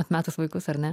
atmetus vaikus ar ne